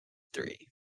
three